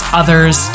others